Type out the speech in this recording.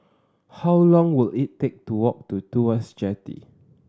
how long will it take to walk to Tuas Jetty